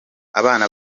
abana